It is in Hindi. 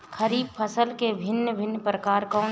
खरीब फसल के भिन भिन प्रकार कौन से हैं?